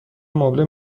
مبله